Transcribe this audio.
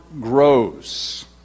grows